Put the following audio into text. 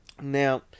Now